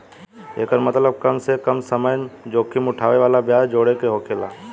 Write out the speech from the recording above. एकर मतबल कम से कम समय जोखिम उठाए वाला ब्याज जोड़े के होकेला